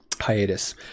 hiatus